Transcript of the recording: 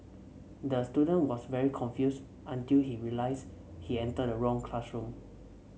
the student was very confused until he realised he entered the wrong classroom